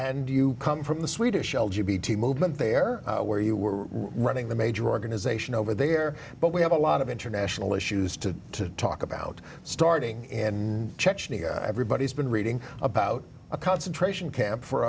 and you come from the swedish l g b to movement there where you were running the major organization over there but we have a lot of international issues to talk about starting in chechnya everybody's been reading about a concentration camp for